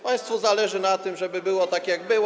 Państwu zależy na tym, żeby było, tak jak było.